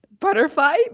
Butterfly